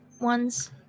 ones